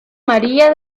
maría